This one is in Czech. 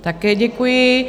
Také děkuji.